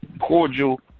cordial